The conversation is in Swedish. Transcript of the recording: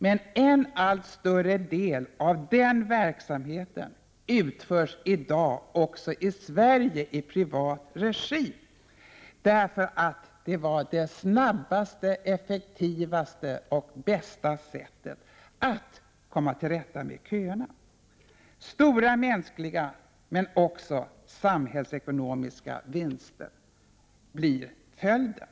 Men en allt större del av den verksamheten utförs i dag också i Sverige i privat regi därför att detta har varit det snabbaste, effektivaste och bästa sättet att komma till rätta med köerna. Stora mänskliga men också samhällsekonomiska vinster blir följden.